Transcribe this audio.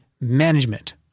management